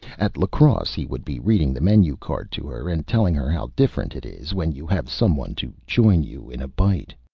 at la crosse he would be reading the menu card to her, and telling her how different it is when you have some one to join you in a bite.